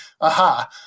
aha